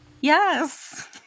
Yes